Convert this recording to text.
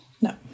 No